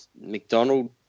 McDonald